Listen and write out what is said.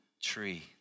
tree